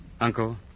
Uncle